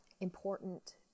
important